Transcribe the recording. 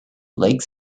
lakes